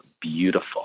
beautiful